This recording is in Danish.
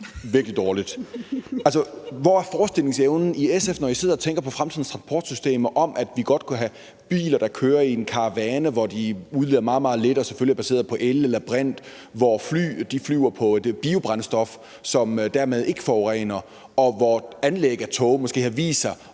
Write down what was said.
Hvor er forestillingsevnen i SF, når I sidder og tænker på fremtidens transportsystemer, med hensyn til at vi godt kunne have biler, der kører i en karavane, hvor de udleder meget, meget lidt og selvfølgelig er baseret på el eller brint, hvor fly flyver på biobrændstof og dermed ikke forurener, og hvor anlæg af jernbaner måske har vist